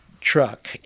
truck